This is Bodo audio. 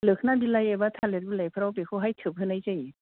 लोखोना बिलाय एबा थालिर बिलायफ्राव बेखौहाय थोबहोनाय जायो